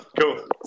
cool